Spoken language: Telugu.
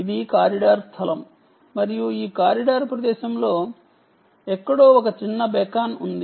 ఇది కారిడార్ స్థలం మరియు ఈ కారిడార్ ప్రదేశంలో ఎక్కడో ఒక చిన్న బీకాన్ ఉంది